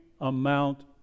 amount